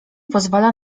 pozwala